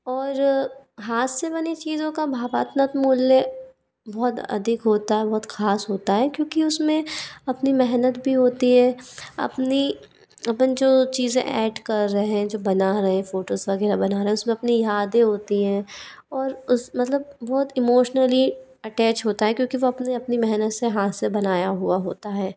और हाथ से बनी चीज़ों का भावनात्मक मूल्य बहुत अधिक होता है बहुत ख़ास होता है क्योंकि उस में अपनी मेहनत भी होती है अपनी अपन जो चीज़ें ऐड कर रहें जो बना रहें फाेटोज़ वग़ैरह बनाना उस में अपनी यादें होती हैं और उस मतलब बहुत इमोशनली अटैच होते हैं क्योंकि वो अपने अपनी मेहनत से हाथ से बनाया हुआ होता है